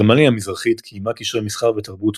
גרמניה המזרחית קיימה קשרי מסחר ותרבות